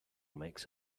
makes